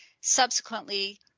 Subsequently